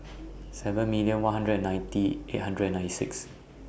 seven million one hundred and ninety eight hundred and nine six